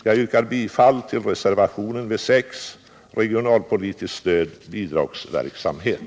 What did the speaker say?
Jag yrkar bifall till reservationen vid punkten 6: Regionalpolitiskt stöd: Bidragsverksamhet.